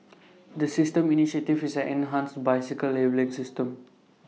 the system initiative is an enhanced bicycle labelling system